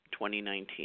2019